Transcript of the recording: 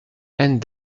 hent